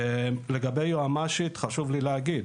לגבי היועצת המשפטית חשוב לי להגיד,